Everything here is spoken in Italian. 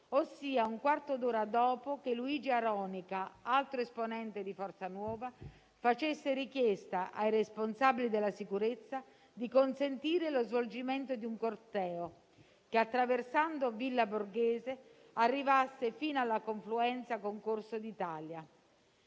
ossia un quarto d'ora dopo che Luigi Aronica, altro esponente di Forza Nuova, facesse richiesta ai responsabili della sicurezza di consentire lo svolgimento di un corteo che, attraversando Villa Borghese, arrivasse fino alla confluenza con Corso d'Italia.